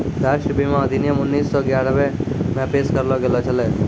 राष्ट्रीय बीमा अधिनियम उन्नीस सौ ग्यारहे मे पेश करलो गेलो छलै